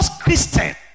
Christian